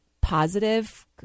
positive